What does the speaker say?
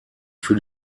für